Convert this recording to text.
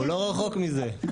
הוא לא רחוק מזה.